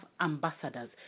ambassadors